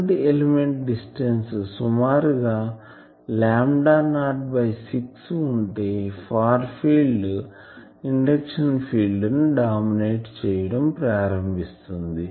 current element distance సుమారు గా lambda naught by 6 ఉంటే ఫార్ ఫీల్డ్ ఇండక్షన్ ఫీల్డ్ ని డామినేట్ చేయడం ప్రారంభిస్తుంది